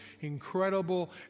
incredible